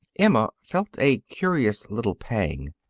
emma felt a curious little pang.